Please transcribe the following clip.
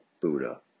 Buddha